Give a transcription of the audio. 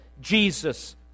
Jesus